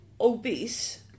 obese